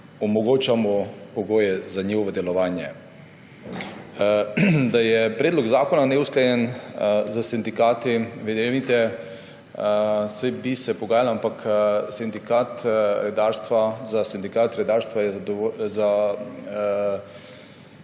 omogočamo pogoje za njihovo delovanje. Da je predlog zakona neusklajen s sindikati. Verjemite, saj bi se pogajali, ampak za sindikat redarstva je odgovorna